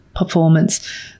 performance